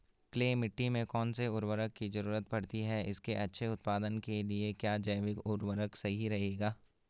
Clay मिट्टी में कौन से उर्वरक की जरूरत पड़ती है इसके अच्छे उत्पादन के लिए क्या जैविक उर्वरक सही रहेगा?